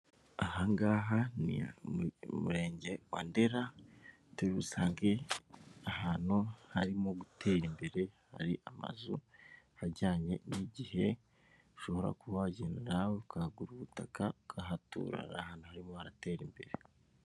Aha ngaha ni mu murenge wa Ndera turibusange ahantu harimo gutera imbere, hari amazu ajyanye n'igihe, ushobora kuba wagenda nawe ukahagura ubutaka ukahatura ni ahantu harimo gutera imbere.